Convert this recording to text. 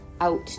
out